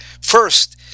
First